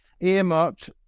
earmarked